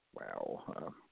wow